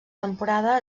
temporada